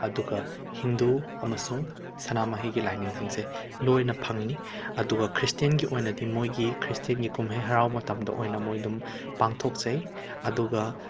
ꯑꯗꯨꯒ ꯍꯤꯟꯗꯨ ꯑꯃꯁꯨꯡ ꯁꯅꯥꯃꯍꯤꯒꯤ ꯂꯥꯏꯅꯤꯡꯁꯤꯡꯁꯦ ꯂꯣꯏꯅ ꯐꯪꯅꯤ ꯑꯗꯨꯒ ꯈ꯭ꯔꯤꯁꯇꯦꯟꯒꯤ ꯑꯣꯏꯅꯗꯤ ꯃꯣꯏꯒꯤ ꯈ꯭ꯔꯤꯁꯇꯦꯟꯒꯤ ꯀꯨꯝꯍꯩ ꯍꯔꯥꯎ ꯃꯇꯝꯗ ꯑꯣꯏꯅ ꯃꯣꯏ ꯑꯗꯨꯝ ꯄꯥꯡꯊꯣꯛꯆꯩ ꯑꯗꯨꯒ